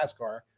NASCAR